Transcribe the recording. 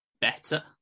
better